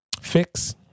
fix